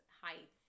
height